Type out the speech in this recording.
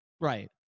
right